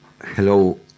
Hello